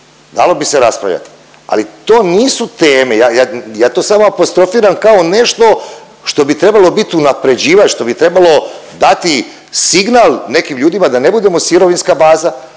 dalo bi se raspravljati, ali to nisu teme. Ja, ja, ja to samo apostrofiram kao nešto što bi trebalo bit unapređivač, što bi trebalo dati signal nekim ljudima da ne budemo sirovinska baza